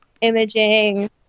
imaging